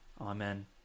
Amen